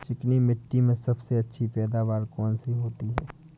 चिकनी मिट्टी में सबसे अच्छी पैदावार कौन सी होती हैं?